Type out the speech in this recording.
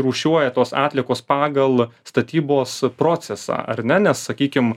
rūšiuoja tos atliekos pagal statybos procesą ar ne nes sakykim